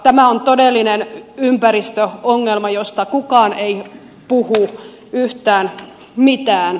tämä on todellinen ympäristöongelma josta kukaan ei puhu yhtään mitään